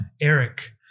Eric